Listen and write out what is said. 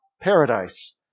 paradise